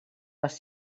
les